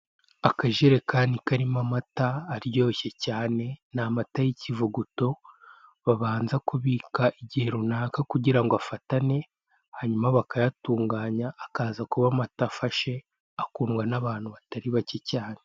Akajerekani karimo amata aryoshye cyane, ni amata y'ikivuguto babanza kubika igihe runaka kugira ngo afatane, hanyuma bakayatunganya akaza kuba amata afashe, akundwa n'abantu batari bake cyane.